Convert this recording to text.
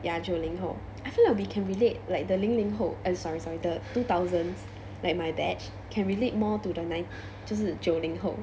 ya 九零后 I feel like we can relate like the 零零后 eh sorry sorry the two thousands like my dad can relate more to the nine~ 就是九零后